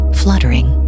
fluttering